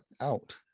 out